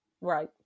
Right